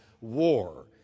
war